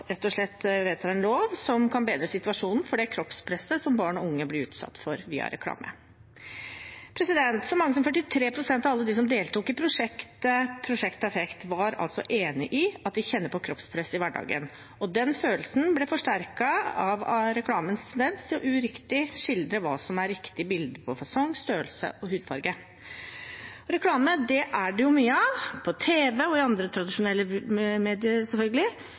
rett og slett vedtar en lov som kan bedre situasjonen for det kroppspresset som barn og unge blir utsatt for via reklame. Så mange som 43 pst. av alle dem som deltok i Prosjekt perfekt, var enig i at de kjenner på kroppspress i hverdagen, og den følelsen ble forsterket av reklamens tendens til uriktig å skildre hva som er riktig bilde av fasong, størrelse og hudfarge. Reklame er det jo mye av, selvfølgelig på tv og i andre tradisjonelle